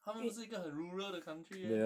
他们不是一个很 rural 的 country meh